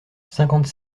cinquante